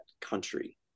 country